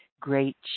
great